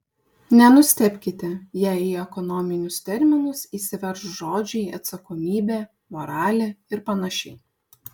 nenustebkite jei į ekonominius terminus įsiverš žodžiai atsakomybė moralė ir panašiai